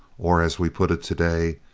or, as we put it today,